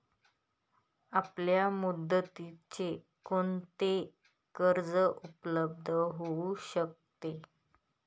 अल्पमुदतीचे कोणते कर्ज उपलब्ध होऊ शकते?